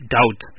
Doubt